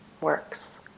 works